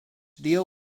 deal